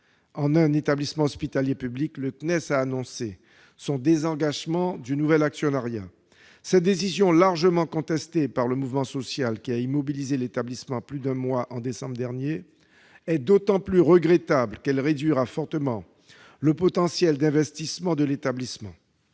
en établissement hospitalier public, le CNES a annoncé son désengagement du nouvel actionnariat. Cette décision largement contestée par le mouvement social qui a immobilisé l'établissement plus d'un mois en décembre dernier est d'autant plus regrettable qu'elle réduira fortement le potentiel d'investissement de l'établissement,